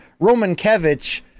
Romankevich